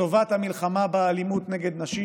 לטובת המלחמה באלימות נגד נשים,